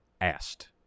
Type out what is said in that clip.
asked